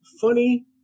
funny